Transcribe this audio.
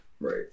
right